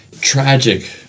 Tragic